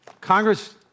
Congress